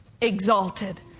exalted